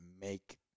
make